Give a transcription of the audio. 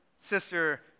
sister